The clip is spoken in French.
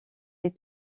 est